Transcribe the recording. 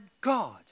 God